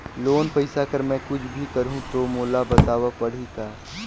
Loan पइसा कर मै कुछ भी करहु तो मोला बताव पड़ही का?